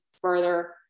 further